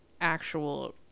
actual